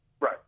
Right